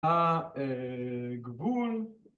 ‫ה... גבול.